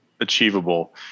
achievable